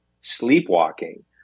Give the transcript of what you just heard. sleepwalking